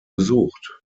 besucht